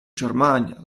germania